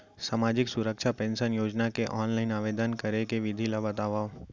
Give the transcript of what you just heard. सामाजिक सुरक्षा पेंशन योजना के ऑनलाइन आवेदन करे के विधि ला बतावव